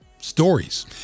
Stories